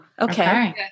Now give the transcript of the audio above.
Okay